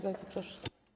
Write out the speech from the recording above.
Bardzo proszę.